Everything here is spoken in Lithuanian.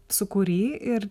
sūkury ir